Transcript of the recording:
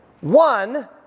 One